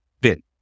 bit